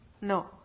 No